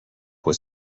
was